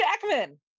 Jackman